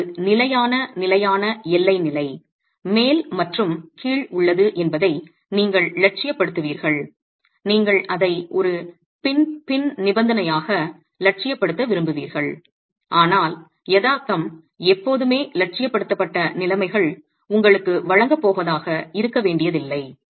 இது ஒரு நிலையான நிலையான எல்லை நிலை மேல் மற்றும் கீழ் உள்ளது என்பதை நீங்கள் இலட்சியப்படுத்துவீர்கள் நீங்கள் அதை ஒரு பின் பின் நிபந்தனையாக இலட்சியப்படுத்த விரும்புவீர்கள் ஆனால் யதார்த்தம் எப்போதுமே இலட்சியப்படுத்தப்பட்ட நிலைமைகள் உங்களுக்கு வழங்கப் போவதாக இருக்க வேண்டியதில்லை